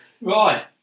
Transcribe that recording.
Right